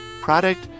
product